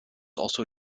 also